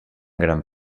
gran